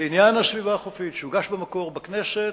לעניין הסביבה החופית שהוגש במקור בכנסת,